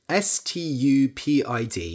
stupid